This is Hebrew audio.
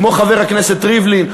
כמו חבר הכנסת ריבלין,